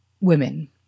women